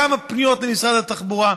כמה פניות למשרד התחבורה,